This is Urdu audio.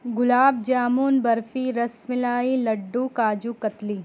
گلاب جامن برفی رس ملائی لڈو کاجو کتلی